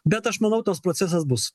bet aš manau tas procesas bus